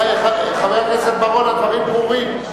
חבר הכנסת בר-און, הדברים ברורים.